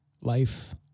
Life